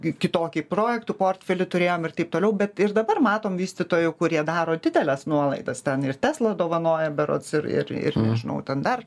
kitokį projektų portfelį turėjom ir taip toliau bet ir dabar matom vystytojų kurie daro dideles nuolaidas ten ir tesla dovanoja berods ir ir ir nežinau ten dar